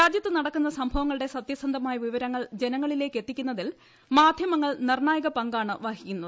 രാജ്യത്ത് നടക്കുന്ന സംഭവങ്ങളുടെ സത്യസന്ധമായ വിവരങ്ങൾ ജനങ്ങളിലേക്ക് എത്തിക്കുന്നതിൽ മാധ്യമങ്ങൾ നിർണായക പങ്കാണ് വഹിക്കുന്നത്